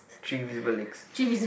three visible legs